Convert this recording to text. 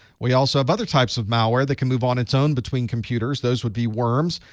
we also have other types of malware that can move on its own between computers those would be worms.